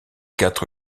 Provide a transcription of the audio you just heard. quatre